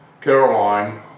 Caroline